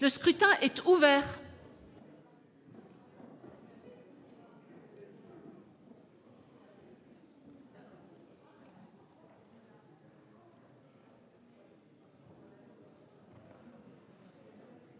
Le scrutin est ouvert.